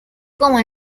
como